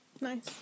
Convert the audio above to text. Nice